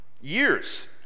years